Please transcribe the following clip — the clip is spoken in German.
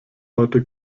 heute